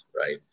right